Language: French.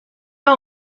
pas